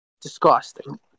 Disgusting